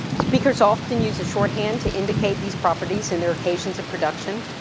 speakers often used a shorthand to indicate these properties and their occasions of production.